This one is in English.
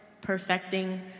perfecting